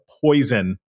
poison